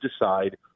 decide